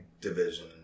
division